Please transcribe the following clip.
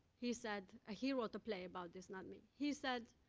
he said he wrote a play about this, not me he said,